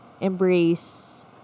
embrace